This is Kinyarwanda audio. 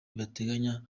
bateganya